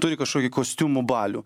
turi kažkokį kostiumų balių